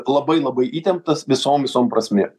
labai labai įtemptas visom visom prasmėm